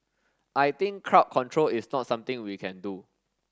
I think crowd control is not something we can do